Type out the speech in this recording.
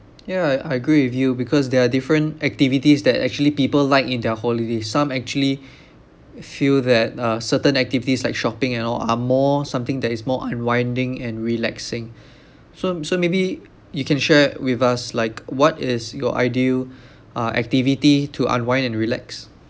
yeah I I agree with you because there are different activities that actually people like in their holidays some actually feel that uh certain activities like shopping and all are more something that is more unwinding and relaxing so so maybe you can share with us like what is your ideal uh activity to unwind and relax